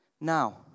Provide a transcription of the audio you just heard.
Now